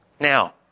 Now